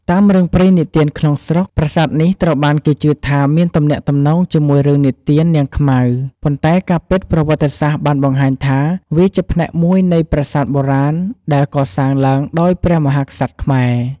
តាមរឿងព្រេងនិទានក្នុងស្រុក ប្រាសាទនេះត្រូវបានគេជឿថាមានទំនាក់ទំនងជាមួយរឿងនិទាននាងខ្មៅ ប៉ុន្តែការពិតប្រវត្តិសាស្ត្របានបង្ហាញថាវាជាផ្នែកមួយនៃប្រាសាទបុរាណដែលកសាងឡើងដោយព្រះមហាក្សត្រខ្មែរ។